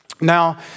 Now